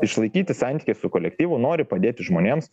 išlaikyti santykį su kolektyvu nori padėti žmonėms